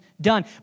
done